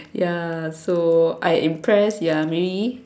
ya so I'm impressed ya maybe